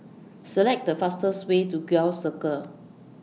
Select The fastest Way to Gul Circle